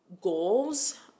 goals